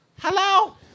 Hello